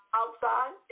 outside